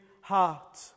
heart